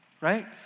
right